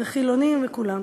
חילונים וכולם.